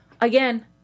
Again